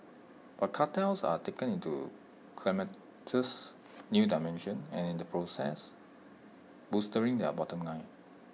but cartels are taking IT to calamitous new dimensions and in the process bolstering their bottom line